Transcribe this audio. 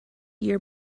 year